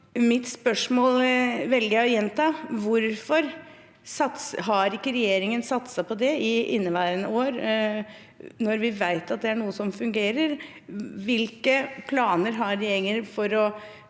mitt spørsmål: Hvorfor har ikke regjeringen satset på det i inneværende år, når vi vet at det er noe som fungerer? Hvilke planer har regjeringen for å